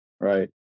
right